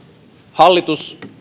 hallitus